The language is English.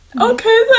Okay